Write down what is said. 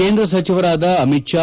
ಕೇಂದ್ರ ಸಚಿವರಾದ ಅಮಿತ್ ಷಾ